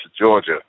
Georgia